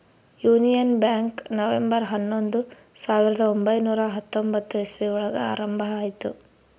union bank November ಹನ್ನೊಂದು ಸಾವಿರದ ಒಂಬೈನುರ ಹತ್ತೊಂಬತ್ತು ಇಸ್ವಿ ಒಳಗ ಆರಂಭ ಆಯ್ತು